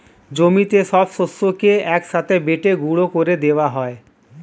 জমিতে সব শস্যকে এক সাথে বেটে গুঁড়ো করে দেওয়া হয়